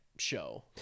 show